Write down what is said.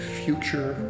future